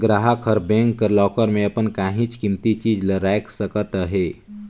गराहक हर बेंक कर लाकर में अपन काहींच कीमती चीज ल राएख सकत अहे